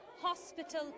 hospital